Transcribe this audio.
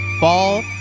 Ball